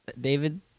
David